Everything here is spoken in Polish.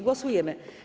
Głosujemy.